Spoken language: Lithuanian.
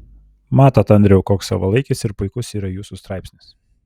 matot andriau koks savalaikis ir puikus yra jūsų straipsnis